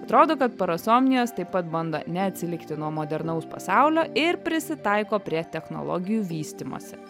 atrodo kad parasomnijos taip pat bando neatsilikti nuo modernaus pasaulio ir prisitaiko prie technologijų vystymosi